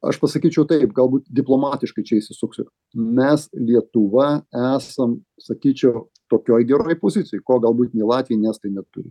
aš pasakyčiau taip galbūt diplomatiškai čia išsisuksiu mes lietuva esam sakyčiau tokioj geroj pozicijoj ko galbūt nei latviai nei estai neturi